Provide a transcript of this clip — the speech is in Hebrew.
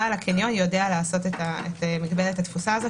בעל הקניון יודע לעשות את מגבלת התפוסה הזאת.